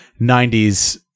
90s